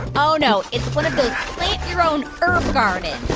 oh, no. it's one of those plant-your-own herb gardens.